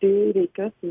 tai reikia susi